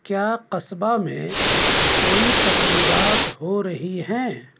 کیا قصبہ میں کوئی تقریبات ہو رہی ہیں